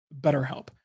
BetterHelp